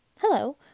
Hello